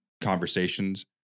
conversations